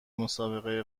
مسابقه